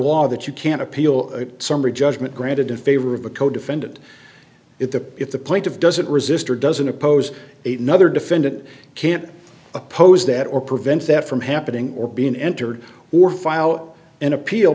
law that you can appeal a summary judgment granted in favor of a codefendant if the if the point of doesn't resister doesn't oppose it another defendant can't oppose that or prevent that from happening or being entered or file an appeal